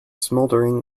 smouldering